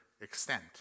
extent